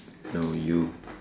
no you